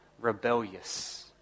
rebellious